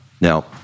Now-